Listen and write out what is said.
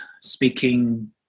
speaking